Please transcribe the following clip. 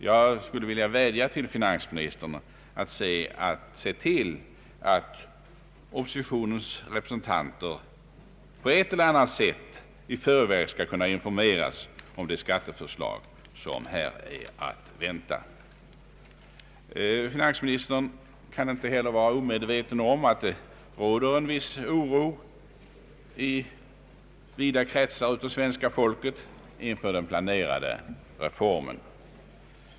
Jag skulle vilja vädja till finansministern att se till att åtminstone en begränsad krets av representanter för oppositionen på ett eller annat sätt i förväg konfidentiellt informeras om detaljerna i den stora skattereform som här är att vänta. Finansministern kan inte heller vara omedveten om att det råder en viss oro i vida kretsar av svenska folket inför den planerade reformen.